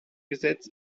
gesetz